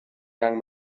young